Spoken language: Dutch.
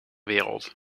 wereld